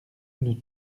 nous